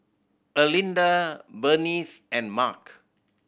Erlinda Berenice and Mark